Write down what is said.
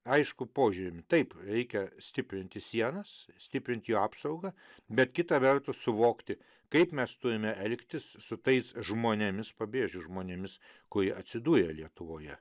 aiškų požymį taip reikia stiprinti sienas stiprinti jų apsaugą bet kita vertus suvokti kaip mes turime elgtis su tais žmonėmis pabrėžiu žmonėmis kurie atsidūrė lietuvoje